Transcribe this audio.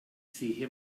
sehe